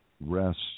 rest